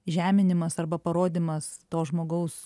žeminimas arba parodymas to žmogaus